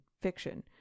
fiction